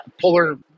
polar